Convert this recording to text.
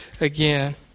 again